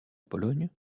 pologne